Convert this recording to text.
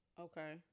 Okay